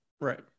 right